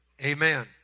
Amen